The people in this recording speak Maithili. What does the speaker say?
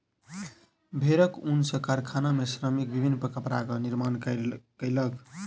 भेड़क ऊन सॅ कारखाना में श्रमिक विभिन्न कपड़ाक निर्माण कयलक